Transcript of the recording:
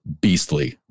beastly